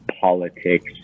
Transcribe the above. politics